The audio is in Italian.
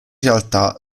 realtà